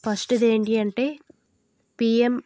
ఫస్ట్ది ఏంటీ అంటే పీఎం